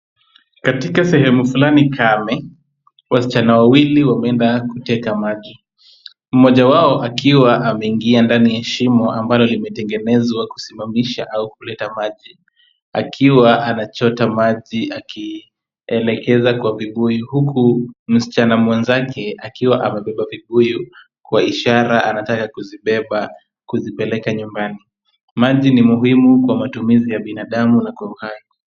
Katika sehemu fulani kame, wasichana wawili wameenda kuteka maji. Mmoja wao akiwa ameingia ndani ya shimo ambalo limetengenezwa kusimamisha au kuleta maji, akiwa anachota maji akielekeza kwa vibuyu, huku msichana mwenzake akiwa amebeba vibuyu kwa ishara anataka kuzibeba kuzipeleka nyumbani. Maji ni muhimu kwa matumizi ya binadamu na kwa uhai.